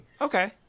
Okay